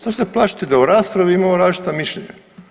Zašto se plašite da u raspravi imamo različita mišljenja?